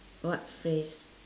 what phrase